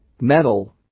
Metal